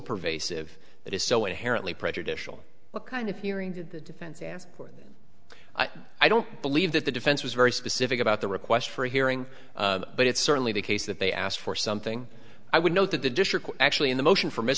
pervasive that is so inherently prejudicial what kind of hearing did the defense ask for i don't believe that the defense was very specific about the request for a hearing but it's certainly the case that they asked for something i would note that the district actually in the motion for mis